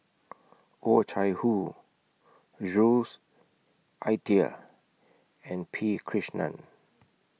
Oh Chai Hoo Jules Itier and P Krishnan